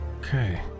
Okay